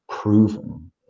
proven